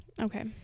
Okay